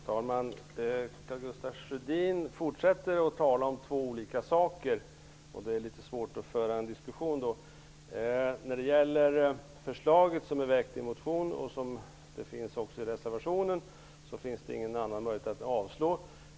Herr talman! Karl Gustaf Sjödin fortsätter att tala om två olika saker, och det gör det litet svårt att föra en diskussion. När det gäller förslaget som är väckt i en motion och som även återfinns i reservationen vill jag upprepa att det inte finns någon annan möjlighet än att avslå det.